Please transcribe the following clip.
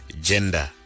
gender